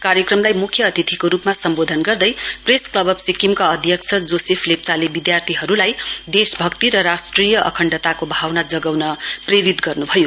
कार्यक्रमलाई मुख्य अतिथिको रुपमा सम्बोधन गर्दै प्रेस क्लब अफ सिक्किमका अध्यक्ष जोसेफ लेप्चाले विद्यार्थीहरुलाई देशभक्ति र राष्ट्रिय अखण्डताको भावना जगाउन प्रेरित गर्नुभयो